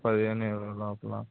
పదిహేను ఇరవై లోపల